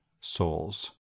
souls